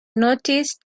noticed